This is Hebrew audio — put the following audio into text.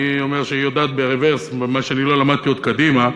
אני אומר שהיא יודעת ברוורס מה שאני לא למדתי עוד קדימה.